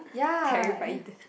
ya